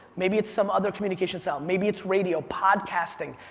maybe it's some other communication cell. maybe it's radio, podcasting.